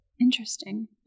Interesting